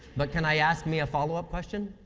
but can i ask me a follow-up question?